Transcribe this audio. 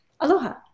Aloha